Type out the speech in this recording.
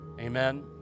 Amen